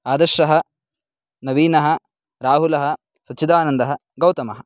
आदर्शः नवीनः राहुलः सच्चिदानन्दः गौतमः